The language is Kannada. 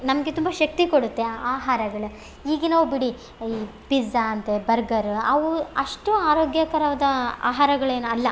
ನಮಗೆ ತುಂಬ ಶಕ್ತಿ ಕೊಡುತ್ತೆ ಆಹಾರಗಳು ಈಗಿನವು ಬಿಡಿ ಈ ಪಿಜ್ಜಾ ಅಂತೆ ಬರ್ಗರ್ ಅವು ಅಷ್ಟು ಆರೋಗ್ಯಕರವಾದ ಆಹಾರಗಳೇನು ಅಲ್ಲ